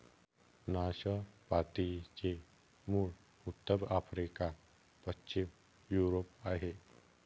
नाशपातीचे मूळ उत्तर आफ्रिका, पश्चिम युरोप आहे